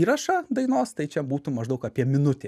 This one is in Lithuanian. įrašą dainos tai čia būtų maždaug apie minutė